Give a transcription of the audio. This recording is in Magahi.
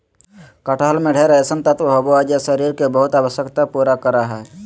कटहल में ढेर अइसन तत्व होबा हइ जे शरीर के बहुत आवश्यकता पूरा करा हइ